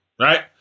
Right